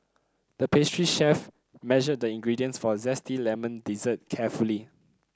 the pastry chef measured the ingredients for zesty lemon dessert carefully